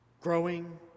growing